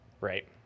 Right